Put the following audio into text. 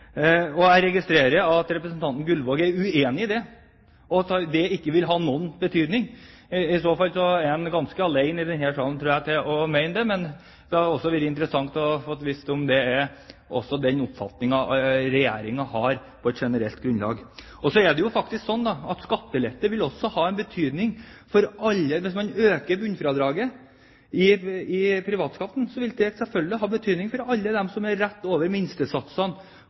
Jeg registrerer at representanten Gullvåg er uenig i det, at det ikke vil ha noen betydning. I så fall tror jeg han er ganske alene i denne salen om å mene det, men det hadde vært interessant å få vite om det også er grunnlag for Regjeringens generelle oppfatning. Så er det jo faktisk slik at skattelette vil ha betydning for alle. Hvis man øker bunnfradraget i privatskatten, vil det selvfølgelig ha betydning for alle dem som er rett over minstesatsene,